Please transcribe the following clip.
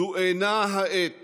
זו אינה העת